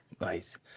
Nice